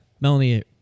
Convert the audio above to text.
Melanie